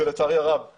לצערי הרב זה